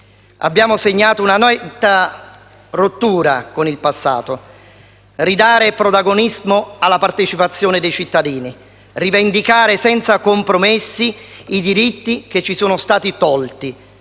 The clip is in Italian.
Abbiamo segnato una netta rottura con il passato: ridare protagonismo alla partecipazione dei cittadini, rivendicare senza compromessi i diritti che ci sono stati tolti